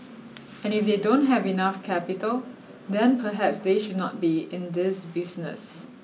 and if they don't have enough capital then perhaps they should not be in this business